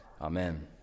Amen